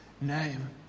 name